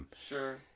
Sure